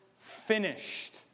finished